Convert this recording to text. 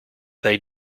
they